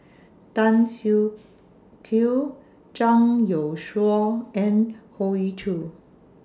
Tan Siak Kew Zhang Youshuo and Hoey Choo